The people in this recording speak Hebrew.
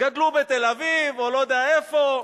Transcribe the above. גדלו בתל-אביב, או לא יודע איפה,